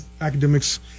academics